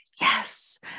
Yes